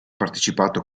partecipato